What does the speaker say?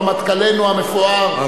רמטכ"לנו המפואר,